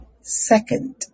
second